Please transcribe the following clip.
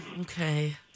Okay